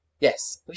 Yes